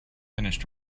finished